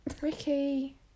Ricky